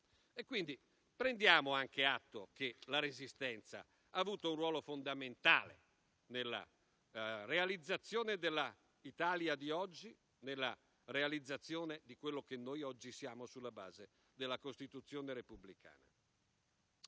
armato. Prendiamo anche atto che la Resistenza ha avuto un ruolo fondamentale nella realizzazione dell'Italia di oggi e di quello che noi oggi siamo, sulla base della Costituzione repubblicana.